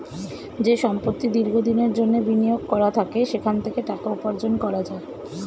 যে সম্পত্তি দীর্ঘ দিনের জন্যে বিনিয়োগ করা থাকে সেখান থেকে টাকা উপার্জন করা যায়